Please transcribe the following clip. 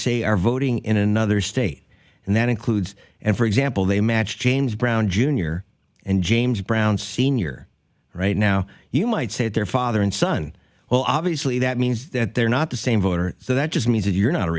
say are voting in another state and that includes and for example they match james brown jr and james brown sr right now you might say their father and son well obviously that means that they're not the same voter so that just means that you're not a